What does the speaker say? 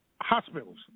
Hospitals